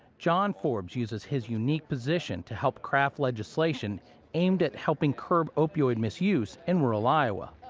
john forbes uses his unique position to help craft legislation aimed at helping curb opioid misuse in rural iowa.